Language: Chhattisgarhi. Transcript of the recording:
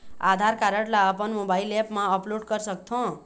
आधार कारड ला अपन मोबाइल ऐप मा अपलोड कर सकथों?